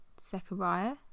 Zechariah